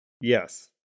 Yes